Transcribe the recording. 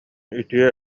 үтүө